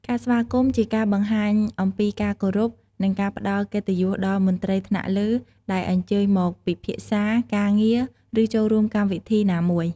ការស្វាគមន៍ជាការបង្ហាញអំពីការគោរព និងការផ្តល់កិត្តិយសដល់មន្ត្រីថ្នាក់លើដែលអញ្ជើញមកពិភាក្សាការងារ ឬចូលរួមកម្មវិធីណាមួយ។